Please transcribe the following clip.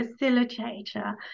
facilitator